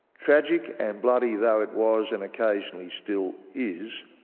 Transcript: tragic and bloody though it was and occasionally still is,